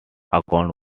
account